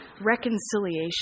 reconciliation